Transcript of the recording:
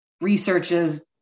researches